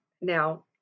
Now